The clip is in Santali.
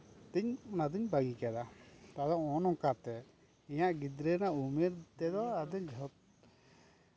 ᱟᱫᱚ ᱚᱱᱟᱛᱤᱧ ᱟᱫᱚ ᱵᱟᱜᱤ ᱠᱟᱫᱟ ᱛᱚᱵᱮ ᱱᱚᱜᱼᱚ ᱱᱚᱝᱠᱟᱛᱮ ᱤᱧᱟᱹᱜ ᱜᱤᱫᱽᱨᱟᱹ ᱨᱮᱱᱟᱜ ᱩᱢᱮᱨ ᱛᱮᱫᱚ ᱟᱫᱚᱧ ᱡᱷᱚᱯ